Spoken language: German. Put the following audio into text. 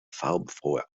farbenfrohe